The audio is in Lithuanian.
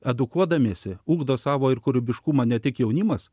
edukuodamiesi ugdo savo ir kūrybiškumą ne tik jaunimas